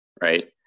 right